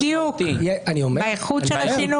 בדיוק, באיכות של השינוי.